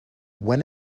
when